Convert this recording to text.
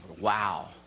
wow